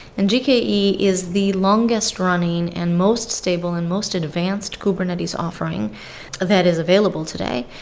and gke is the longest running and most stable and most advanced kubernetes offering that is available today.